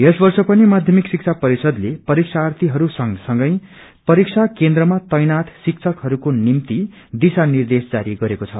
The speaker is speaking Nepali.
यस वर्ष पनि माध्यमिक शिक्षा मरिषदले परीक्षार्यीहरू संगसंगै परीक्षा केन्द्रमा तैनात शिक्षकहरूक्वे निम्ति दिशा निर्देश जारी गरेको छ